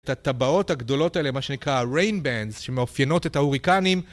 את הטבעות הגדולות האלה, מה שנקרא ריין-בנדס, שמאפיינות את ההוריקנים.